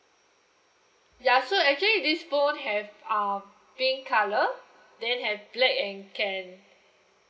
ya so actually this phone have um pink colour then have black and can